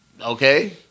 Okay